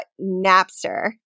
Napster